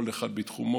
כל אחד בתחומו,